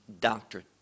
doctrine